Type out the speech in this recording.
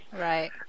right